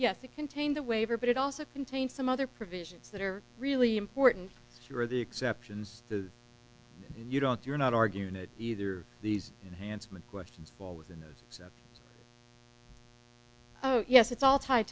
yes to contain the waiver but it also contains some other provisions that are really important if you're the exceptions to and you don't you're not arguing that either these enhanced mcquiston fall within those so yes it's all tied